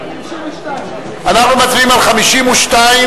על 52. אנחנו מצביעים על 52,